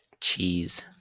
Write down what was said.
Cheese